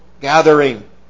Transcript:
gathering